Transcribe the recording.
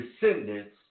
descendants